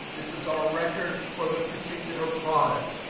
this is our record for the particular product.